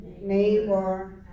neighbor